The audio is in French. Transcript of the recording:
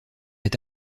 est